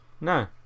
no